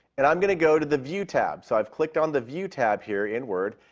and i'm going to go to the view tab. so i've clicked on the view tab here in word,